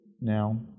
now